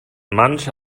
manch